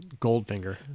Goldfinger